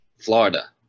Florida